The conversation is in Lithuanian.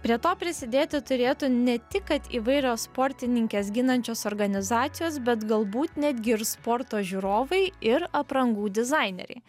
prie to prisidėti turėtų ne tik kad įvairios sportininkes ginančios organizacijos bet galbūt netgi ir sporto žiūrovai ir aprangų dizaineriai